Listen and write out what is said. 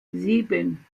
sieben